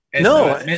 No